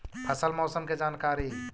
फसल मौसम के जानकारी?